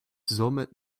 somit